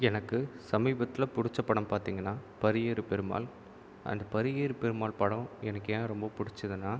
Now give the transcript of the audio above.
எனக்கு சமீபத்தில் பிடிச்ச படம் பார்த்திங்கன்னா பரியேறும் பெருமாள் அந்த பரியேறும் பெருமாள் படம் எனக்கு ஏன் ரொம்ப பிடிச்சிதுன்னா